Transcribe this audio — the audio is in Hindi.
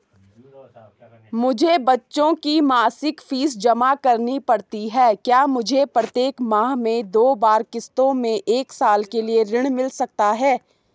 मुझे बच्चों की मासिक फीस जमा करनी पड़ती है क्या मुझे प्रत्येक माह में दो बार किश्तों में एक साल के लिए ऋण मिल सकता है?